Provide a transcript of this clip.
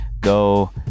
go